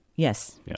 Yes